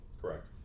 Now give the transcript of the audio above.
Correct